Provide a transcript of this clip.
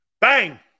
bang